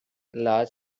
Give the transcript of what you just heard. large